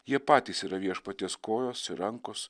jie patys yra viešpaties kojos ir rankos